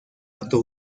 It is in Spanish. acto